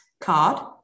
card